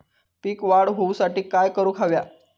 पीक वाढ होऊसाठी काय करूक हव्या?